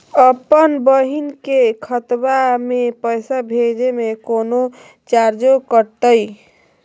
अपन बहिन के खतवा में पैसा भेजे में कौनो चार्जो कटतई?